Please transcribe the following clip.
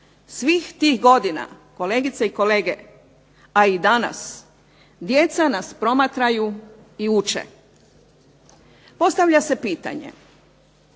Svih tih godina, kolegice i kolege, a i danas djeca nas promatraju i uče. Postavlja se pitanje